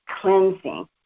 cleansing